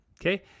okay